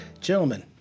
Gentlemen